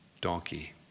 donkey